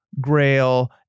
Grail